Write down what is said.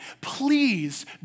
Please